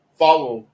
follow